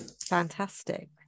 Fantastic